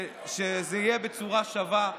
שזה יהיה בצורה שווה,